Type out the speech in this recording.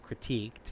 critiqued